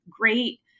great